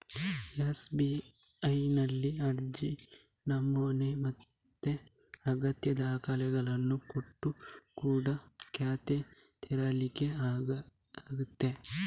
ಎಸ್.ಬಿ.ಐನಲ್ಲಿ ಅರ್ಜಿ ನಮೂನೆ ಮತ್ತೆ ಅಗತ್ಯ ದಾಖಲೆಗಳನ್ನ ಕೊಟ್ಟು ಕೂಡಾ ಖಾತೆ ತೆರೀಲಿಕ್ಕೆ ಆಗ್ತದೆ